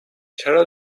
چرا